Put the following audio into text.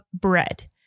bread